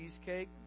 cheesecake